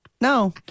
No